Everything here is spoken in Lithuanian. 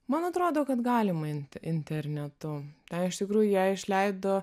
man atrodo kad galima imti internetu ten iš tikrųjų ją išleido